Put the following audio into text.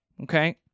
okay